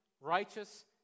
righteous